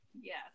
Yes